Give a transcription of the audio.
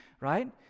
right